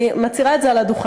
אני מצהירה את זה מעל הדוכן,